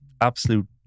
absolute